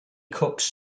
cooks